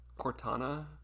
Cortana